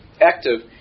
active